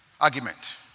argument